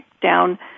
down